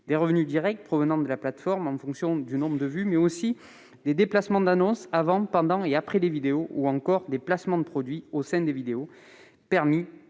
de revenus directs provenant de la plateforme en fonction du nombre de vues, mais aussi de revenus liés à des placements d'annonces avant, pendant et après les vidéos ou à des placements de produits au sein des vidéos,